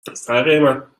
سرقیمت